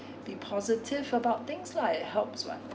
be positive about things lah it helps [what]